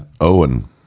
owen